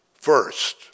First